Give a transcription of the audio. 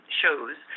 shows